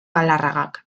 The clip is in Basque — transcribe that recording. galarragak